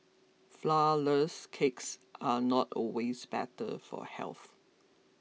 Flourless Cakes are not always better for health